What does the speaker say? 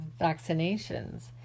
vaccinations